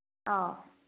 ꯑꯧ